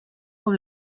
com